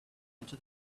into